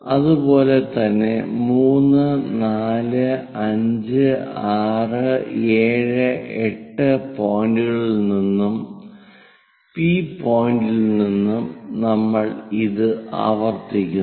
അതുപോലെ തന്നെ 3 4 5 6 7 8 പോയിന്റുകളിൽ നിന്നും പി പോയിന്റിൽ നിന്നും നമ്മൾ ഇത് ആവർത്തിക്കുന്നു